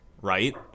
right